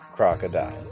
Crocodile